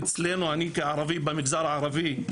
אצלנו, אני כערבי במגזר הערבי,